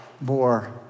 more